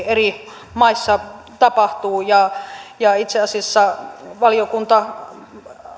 eri maissa tapahtuu ja ja itse asiassa valiokunta